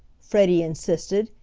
freddie insisted,